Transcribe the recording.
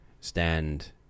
stand